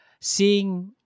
seeing